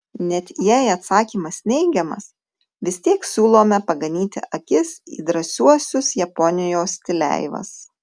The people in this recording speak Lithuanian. net jei atsakymas neigiamas vis tiek siūlome paganyti akis į drąsiuosius japonijos stileivas